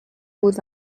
بود